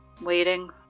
Waiting